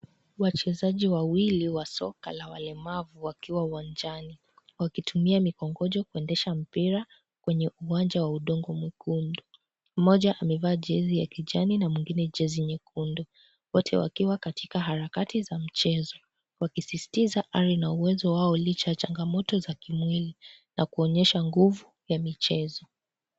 Wachezaji wawili wa soka la walemavu wakiwa uwanjani. Wakitumia mikongojo kuendesha mpira kwenye uwanja wa udugu mwekundu. Mmoja amevaa jezi ya kijani na mwingine jezi ni nyekundu. Wote wakiwa katika harakati za michezo. Wakisisitiza hali na uwezo wao licha ya changamoto za kimwili na kuonyesha nguvu ya michezo.